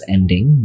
Ending